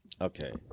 Okay